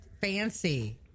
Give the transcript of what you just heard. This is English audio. Fancy